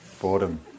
boredom